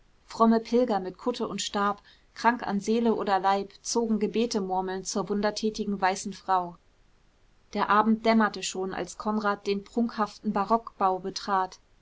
fromme pilger mit kutte und stab krank an seele oder leib zogen gebete murmelnd zur wundertätigen weißen frau der abend dämmerte schon als konrad den prunkhaften barockbau betrat